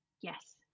yes